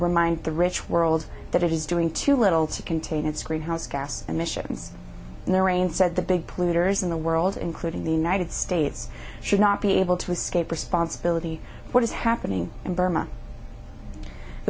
remind the rich world that it is doing too little to contain its greenhouse gas emissions and their reign said the big polluters in the world including the united states should not be able to escape responsibility what is happening in burma the